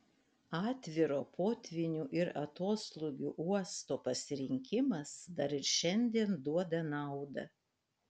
atviro potvynių ir atoslūgių uosto pasirinkimas dar ir šiandien duoda naudą